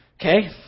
Okay